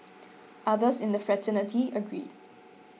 others in the fraternity agreed